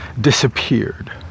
disappeared